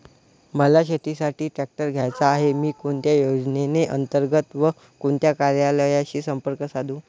मला शेतीसाठी ट्रॅक्टर घ्यायचा आहे, मी कोणत्या योजने अंतर्गत व कोणत्या कार्यालयाशी संपर्क साधू?